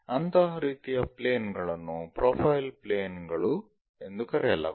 ಅಂತಹ ರೀತಿಯ ಪ್ಲೇನ್ ಗಳನ್ನು ಪ್ರೊಫೈಲ್ ಪ್ಲೇನ್ ಎಂದು ಕರೆಯಲಾಗುತ್ತದೆ